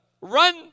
run